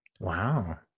Wow